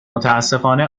متاسفانه